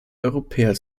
europäer